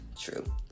true